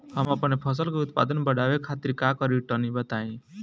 हम अपने फसल के उत्पादन बड़ावे खातिर का करी टनी बताई?